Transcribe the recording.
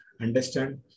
understand